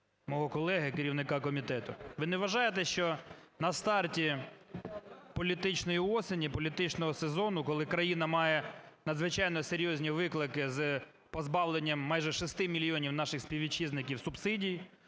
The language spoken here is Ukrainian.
мого колеги, керівника комітету. Ви не вважаєте, що на старті політичної осені, політичного сезону, коли країна має надзвичайно серйозні виклики з позбавленням майже шести мільйонів наших співвітчизників субсидій,